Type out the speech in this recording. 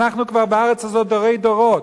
אנחנו כבר בארץ הזאת דורי דורות.